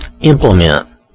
implement